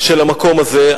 המקום הזה,